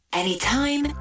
anytime